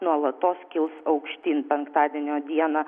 nuolatos kils aukštyn penktadienio dieną